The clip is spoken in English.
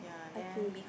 okay